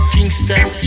Kingston